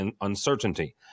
uncertainty